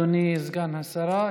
אדוני סגן השרה.